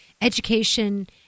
education